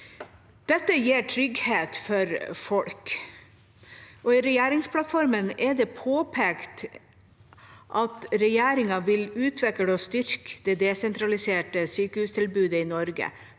Dette gir trygghet for folk. I regjeringsplattformen er det påpekt at regjeringa vil utvikle og styrke det desentraliserte sykehustilbudet i Norge,